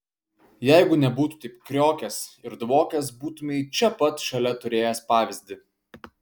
jeigu nebūtų taip kriokęs ir dvokęs būtumei čia pat šalia turėjęs pavyzdį